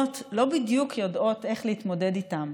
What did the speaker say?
לא בדיוק יודעות איך להתמודד איתה.